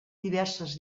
diverses